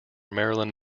marilyn